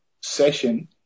session